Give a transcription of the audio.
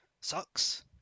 sucks